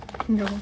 no